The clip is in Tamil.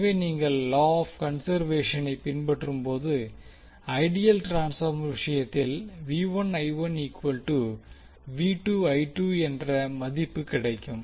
எனவே நீங்கள் லா ஆப் கன்சர்வேஷனை பின்பற்றும்போது ஐடியல் ட்ரான்ஸ்பார்மர் விஷயத்தில் என்ற மதிப்பு கிடைக்கும்